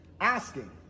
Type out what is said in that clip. asking